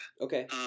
Okay